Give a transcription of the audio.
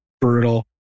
brutal